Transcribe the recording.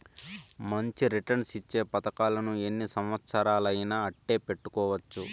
మంచి రిటర్న్స్ ఇచ్చే పతకాలను ఎన్ని సంవచ్చరాలయినా అట్టే పెట్టుకోవచ్చు